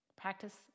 Practice